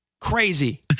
Crazy